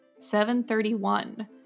731